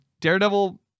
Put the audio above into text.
Daredevil